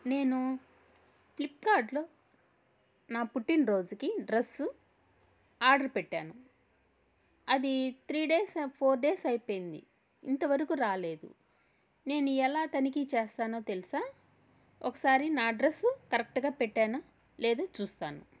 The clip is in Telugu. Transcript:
నేను ఫ్లిప్కార్డులో నా పుట్టినరోజుకి డ్రస్సు ఆర్డర్ పెట్టాను అది త్రీ డేస్ ఫోర్ డేస్ అయిపోయింది ఇంతవరకు రాలేదు నేను ఎలా తనిఖీ చేస్తానో తెలుసా ఒకసారి నా డ్రస్సు కరెక్ట్గా పెట్టానా లేదా చూస్తాను